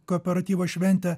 kooperatyvo šventė